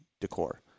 decor